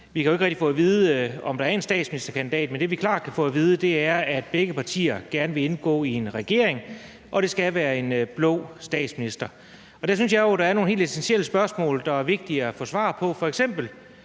rigtig kan få at vide, om der er en statsministerkandidat, men det, vi klart kan få at vide, er, at begge partier gerne vil indgå i en regering, og at det skal være en blå statsminister. Der synes jeg jo, at der er nogle helt essentielle spørgsmål, der er vigtige at få svar på,